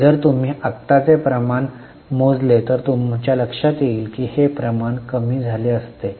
जर तुम्ही आताचे प्रमाण मोजले तर तुम्हाला लक्षात येईल की हे प्रमाण कमी झाले असते